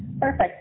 Perfect